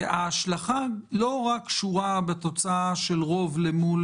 שההשלכה קשורה לא רק בתוצאה של רוב אל מול